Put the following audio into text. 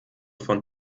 von